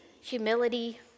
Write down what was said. humility